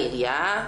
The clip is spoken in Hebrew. העירייה,